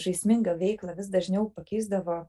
žaismingą veiklą vis dažniau pakeisdavo